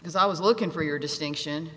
because i was looking for your distinction